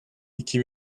iki